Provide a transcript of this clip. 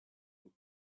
who